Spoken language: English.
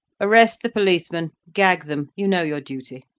arrest the police men gag them. you know your duty.